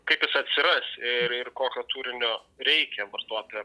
kaip jis atsiras ir ir kokio turinio reikia vartotojo